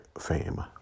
fame